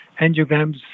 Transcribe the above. angiograms